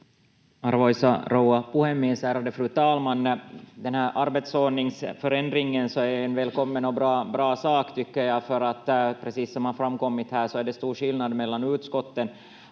Arvoisa rouva puhemies, ärade fru talman! Den här arbetsordningsförändringen är en välkommen och bra sak, tycker jag, för precis som det har framkommit här så är det stor skillnad mellan utskotten,